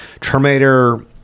terminator